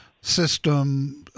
system